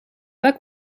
pas